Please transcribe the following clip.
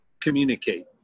Communicate